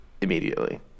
immediately